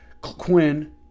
Quinn